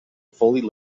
fully